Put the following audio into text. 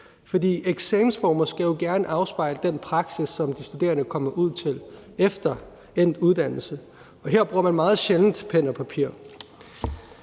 eksamensformer skal jo gerne afspejle den praksis, som de studerende kommer ud til efter endt uddannelse, og her bruger man meget sjældent pen og papir.